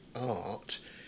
art